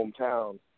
hometown